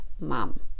mom